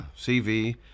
cv